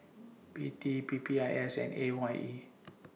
P T P P I S and A Y E